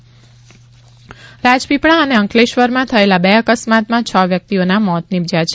નર્મદા અકસ્માત રાજપીપળા અને અંકલેશ્વરમાં થયેલા બે અકસ્માતમાં છ વ્યક્તિઓના મોત નિપજ્યાં છે